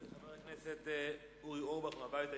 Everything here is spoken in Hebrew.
חבר הכנסת אורי אורבך מהבית היהודי.